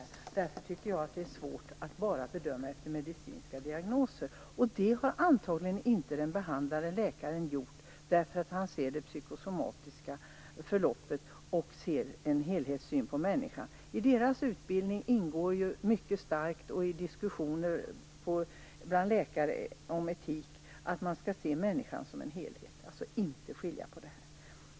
Därför tycker jag att det är svårt att bara bedöma efter medicinska diagnoser. Och det har antagligen inte den behandlande läkaren gjort, eftersom han ser det psykosomatiska förloppet och får en helhetssyn på människan. I läkarnas utbildning och i deras diskussioner om etik betonas ju mycket starkt att man skall se människan som en helhet, dvs. inte skilja på det här.